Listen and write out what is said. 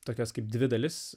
tokias kaip dvi dalis